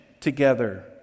together